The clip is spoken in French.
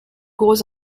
gros